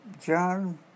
John